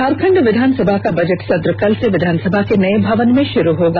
झारखण्ड विधानसभा का बजट सत्र कल से विधानसभा के नये भवन में शुरू होगा